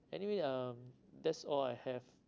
anyway um that's all I have